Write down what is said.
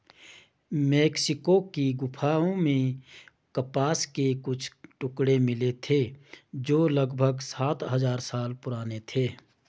Mexico की गुफाओं में कपास के कुछ टुकड़े मिले थे जो लगभग सात हजार साल पुराने थे